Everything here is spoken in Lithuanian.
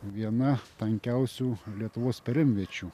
viena tankiausių lietuvos perimviečių